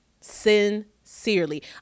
Sincerely